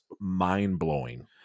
mind-blowing